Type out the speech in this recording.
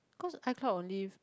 cause I can't on leave